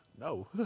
No